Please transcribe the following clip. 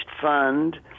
fund